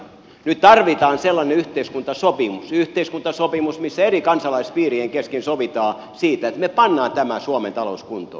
nyt tarvitaan sellainen yhteiskuntasopimus missä eri kansalaispiirien kesken sovitaan siitä että me panemme tämän suomen talouden kuntoon